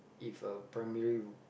if a primary